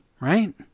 right